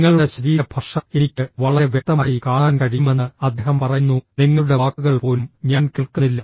നിങ്ങളുടെ ശരീരഭാഷ എനിക്ക് വളരെ വ്യക്തമായി കാണാൻ കഴിയുമെന്ന് അദ്ദേഹം പറയുന്നു നിങ്ങളുടെ വാക്കുകൾ പോലും ഞാൻ കേൾക്കുന്നില്ല